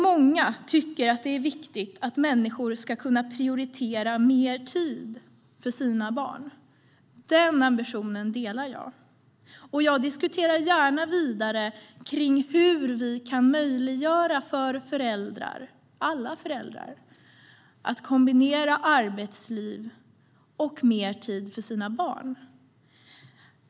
Många tycker att det är viktigt att människor ska kunna prioritera mer tid för sina barn. Den ambitionen delar jag. Jag diskuterar gärna vidare om hur vi kan möjliggöra för alla föräldrar att kombinera arbetsliv och mer tid för sina barn.